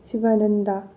Sivananda